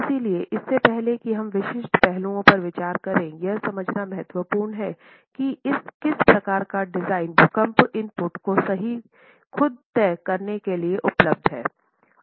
इसलिए इससे पहले कि हम विशिष्ट पहलुओं पर विचार करें यह समझना महत्वपूर्ण है कि किस प्रकार का डिजाइन भूकंप इनपुट को सही खुद तय करने के लिए उपलब्ध है